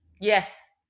Yes